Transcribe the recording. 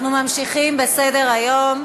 אנחנו ממשיכים בסדר-היום,